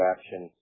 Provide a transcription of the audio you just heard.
Action